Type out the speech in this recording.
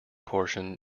portion